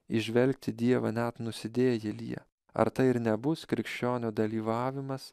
įžvelgti dievą net nusidėjėlyje ar tai ir nebus krikščionio dalyvavimas